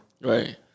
Right